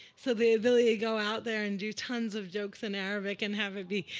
so they they go out there and do tons of jokes in arabic and have it be,